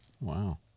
Wow